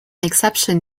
exception